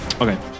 Okay